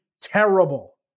terrible